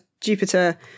Jupiter